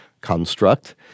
construct